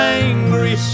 angry